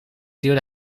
duwde